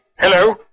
Hello